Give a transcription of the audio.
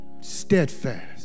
steadfast